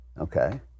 Okay